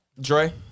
Dre